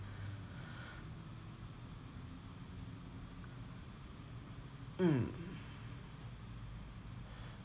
mm